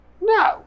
No